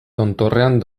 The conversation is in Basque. tontorrean